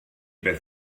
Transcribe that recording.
beth